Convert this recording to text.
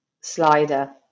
slider